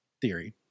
theory